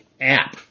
app